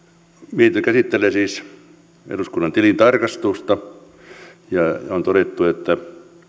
mietintö käsittelee siis eduskunnan tilintarkastusta ja on todettu että